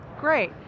Great